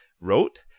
wrote